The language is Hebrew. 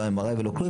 לא ה-MRI ולא כלום,